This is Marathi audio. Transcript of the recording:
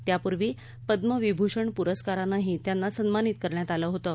त्यापूर्वी पद्मविभूषण पुरस्कारानंही त्यांना सन्मानीत करण्यात आलं होतं